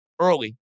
early